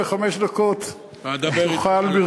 וחמש דקות תוכל,